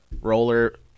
roller